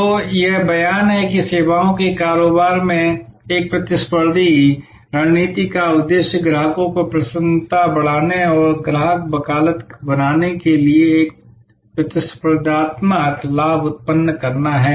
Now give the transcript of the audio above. तो यह एक बयान है कि सेवाओं के कारोबार में एक प्रतिस्पर्धी रणनीति का उद्देश्य ग्राहकों को प्रसन्नता बढ़ाने और ग्राहक वकालत बनाने के लिए एक प्रतिस्पर्धात्मक लाभ उत्पन्न करना है